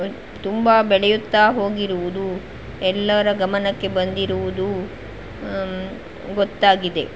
ತುಂಬ ಬೆಳೆಯುತ್ತ ಹೋಗಿರುವುದು ಎಲ್ಲರ ಗಮನಕ್ಕೆ ಬಂದಿರುವುದು ಗೊತ್ತಾಗಿದೆ